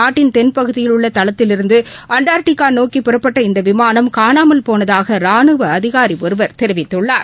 நாட்டின் தென்பகுதியில் உள்ள தளத்திலிருந்து அண்டாா்ட்டினா நோக்கி புறப்பட்ட இந்த விமானம் காணாமல் போனதாக ராணுவ அதினாரி ஒருவர் தெரிவித்துள்ளார்